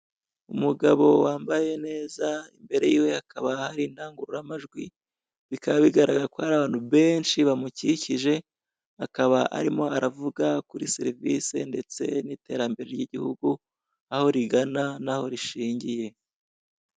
Umugabo wambaye neza, imbere yiwe hakaba hari indangururamajwi bikaba bigaragara ko hari abantu benshi bamukikije, akaba arimo aravuga kuri serivisi ndetse n'iterambere ry'igihugu aho rigana n'aho rishingiye.